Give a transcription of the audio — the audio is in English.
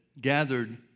gathered